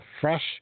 Fresh